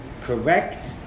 correct